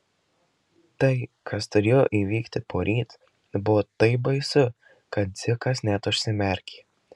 tai kas turėjo įvykti poryt buvo taip baisu kad dzikas net užsimerkė